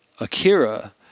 Akira